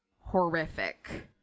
horrific